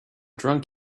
drunk